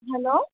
hello